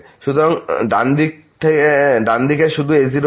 সুতরাং ডান দিকে শুধু a0